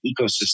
ecosystem